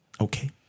Okay